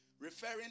Referring